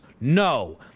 no